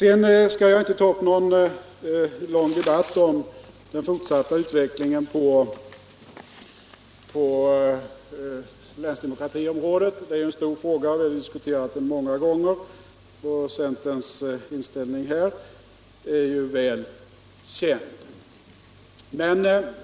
Jag skall inte ta upp någon lång debatt om den fortsatta utvecklingen på länsdemokratiområdet. Det är en stor fråga, som vi har diskuterat många gånger, och centerns inställning är ju väl känd.